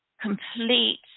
complete